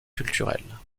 culturelle